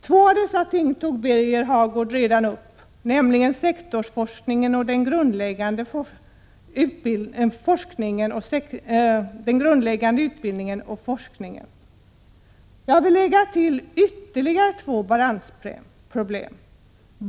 Två av dessa ting tog Birger Hagård upp, nämligen sektorsforskningen och den grundläggande utbildningen och forskningen. Jag vill lägga till ytterligare två balansproblem.